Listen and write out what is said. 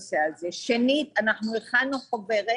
דבר שני, הכנו חוברת